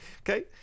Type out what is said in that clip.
Okay